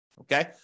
okay